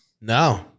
No